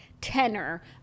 tenor